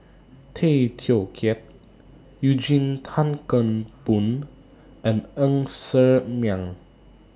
Tay Teow Kiat Eugene Tan Kheng Boon and Ng Ser Miang